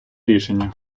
рішення